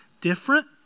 Different